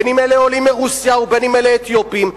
בין שהם עולים מרוסיה ובין שהם אתיופים,